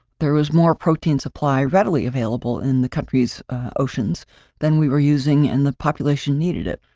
there was more protein supply readily available in the country's oceans than we were using and the population needed it.